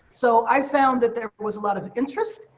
so i found that there was a lot of interest.